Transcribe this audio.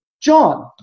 John